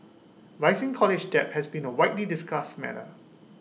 rising college debt has been A widely discussed matter